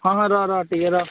ହଁ ହଁ ରହ ରହ ଟିକେ ରହ